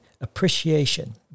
appreciation